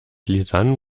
lisann